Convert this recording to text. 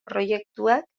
proiektuak